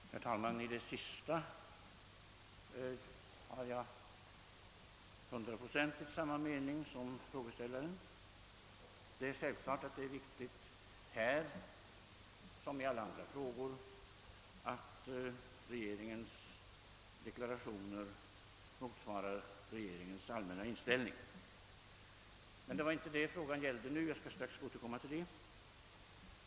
Herr talman! I det sista som herr Turesson sade har jag till 100 procent samma mening som frågeställaren. Själv fallet är det viktigt att i denna som i alla andra frågor regeringens deklarationer motsvarar regeringens allmänna inställning. Men det var inte det frågan nu gällde. Jag skall strax återkomma till det.